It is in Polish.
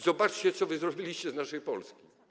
Zobaczcie, co wy zrobiliście z naszej Polski.